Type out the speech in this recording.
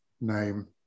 name